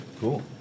Cool